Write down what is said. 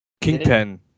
Kingpin